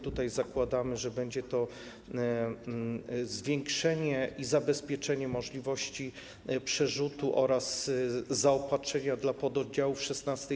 Tutaj zakładamy, że będzie to zwiększenie i zabezpieczenie możliwości przerzutu oraz zaopatrzenia dla pododdziałów 16.